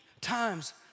times